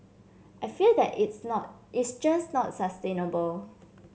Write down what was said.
I feel that it's not it's just not sustainable